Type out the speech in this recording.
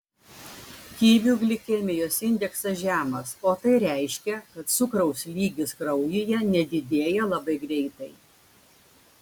kivių glikemijos indeksas žemas o tai reiškia kad cukraus lygis kraujyje nedidėja labai greitai